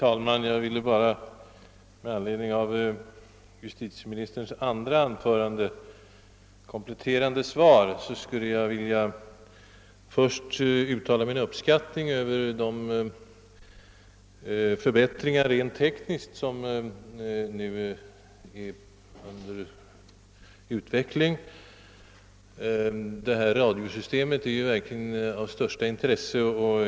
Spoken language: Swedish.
Herr talman! Med anledning av justitieministerns andra anförande, i vilket han kompletterade sitt svar, vill jag först uttala min uppskattning av de rent tekniska förbättringar, som nu håller på att byggas upp. Det nya radiosystemet är verkligen av mycket stort intresse.